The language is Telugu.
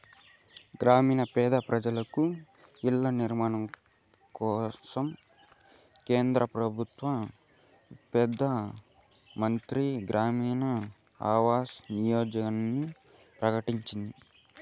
గ్రామీణ పేద పెజలకు ఇల్ల నిర్మాణం కోసరం కేంద్ర పెబుత్వ పెదానమంత్రి గ్రామీణ ఆవాస్ యోజనని ప్రకటించింది